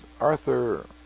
Arthur